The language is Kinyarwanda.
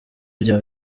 bya